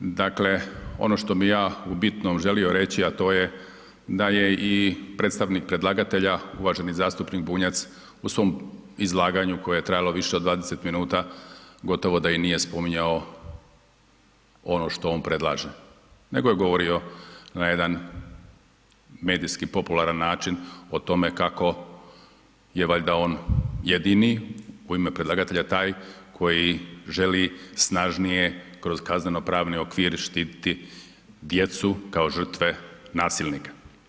Dakle, ono što bih ja u bitnom želio reći a to je da je i predstavnik predlagatelja, uvaženi zastupnik Bunjac u svom izlaganju koje je trajalo više od 20 minuta, gotovo da i nije spominjao ono što on predlaže nego je govorio na jedan medijski popularan način o tome kako je valjda on jedini u ime predlagatelja taj koji želi snažnije kroz kazneno pravni okvir štititi djecu kao žrtve nasilnika.